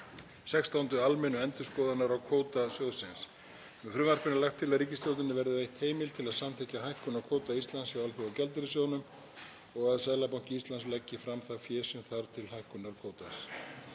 16. almennu endurskoðunar á kvóta sjóðsins. Með frumvarpinu er lagt til að ríkisstjórninni verði veitt heimild til að samþykkja hækkun á kvóta Íslands hjá Alþjóðagjaldeyrissjóðnum og að Seðlabanki Íslands leggi fram það fé sem þarf til hækkunar kvótans.